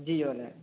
ജിയോ അല്ലെ